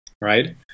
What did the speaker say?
right